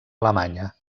alemanya